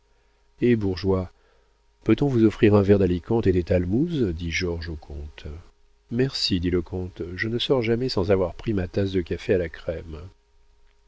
hé bourgeois peut-on vous offrir un verre d'alicante et des talmouses dit georges au comte merci dit le comte je ne sors jamais sans avoir pris ma tasse de café à la crème